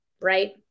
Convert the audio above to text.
right